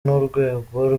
n’urwego